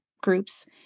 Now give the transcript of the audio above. groups